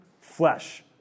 Flesh